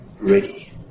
ready